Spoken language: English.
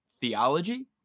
theology